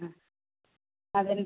ആ അതിന്